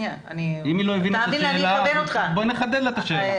אם היא לא הבינה את השאלה, בואי נחדד לה את השאלה.